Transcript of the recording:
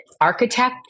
architect